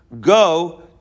go